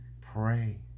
pray